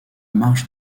marches